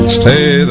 stay